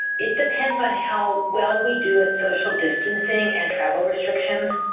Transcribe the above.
it depends on how well we do at social distancing and travel restrictions.